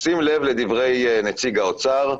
שים לב לדברי נציג האוצר.